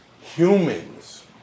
Humans